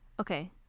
Okay